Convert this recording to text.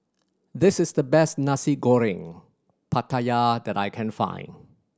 this is the best Nasi Goreng Pattaya that I can find